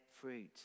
fruit